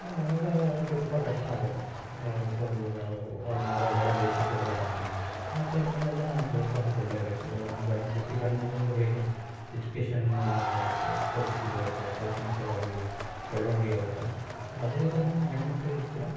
ಅವಾಗ ಅವ್ರಿಗೆ ತುಂಬ ಕಷ್ಟ ಆಗುತ್ತೆ ಸೊ ಇವಾಗ ಅವ್ರು ಹೊರ ಹೊರದೇಶಕ್ಕೆ ಹೋಗೋದಾಗಲಿ ಆ ಥರದಲ್ಲೆಲ್ಲ ನಾವು ಪ್ರೋತ್ಸಾಹ ಕೊಡಲೇಬೇಕು ಇವಾಗ ನಾವು ಗಂಡು ಪ್ರತಿ ಗಂಡು ಮಗನಿಗೂ ಹೇಗೆ ಎಜುಕೇಶನ್ನು ಕೊಡಿಸ್ತೀವಿ ಅವ್ರಿಗೆ ಶೈಕ್ಷಣಿಕವಾಗಿ ಬೆಳವಣ್ಗೆ ಇರುತ್ತೆ ಸೊ ಅದೇ ಥರ ನಾವು ಹೆಣ್ಣು ಮಕ್ಳಿಗೂ ಕೂಡ